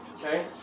okay